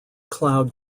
cloud